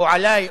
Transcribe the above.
או עלי,